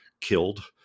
killed